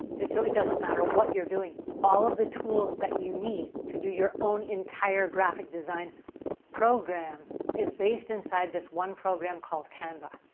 and so, it doesn't matter what you're doing. all of the tools that you need to do your own entire graphic design program is based inside this one program called canva.